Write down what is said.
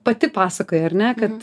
pati pasakojai ar ne kad